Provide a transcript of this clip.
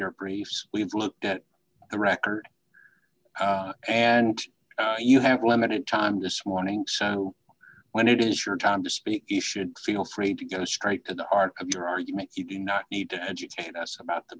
your briefs we've looked at the record and you have limited time this morning when it is your time to speak it should feel free to go straight to the art of your argument you can not need to educate us about the